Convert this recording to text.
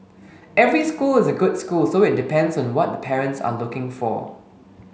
every school is a good school so it depends on what parents are looking for